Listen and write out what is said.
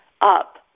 up